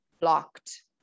blocked